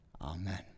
Amen